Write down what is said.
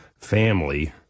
family